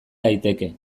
daiteke